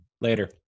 Later